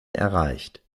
erreicht